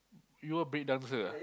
you are breakdancer ah